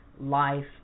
life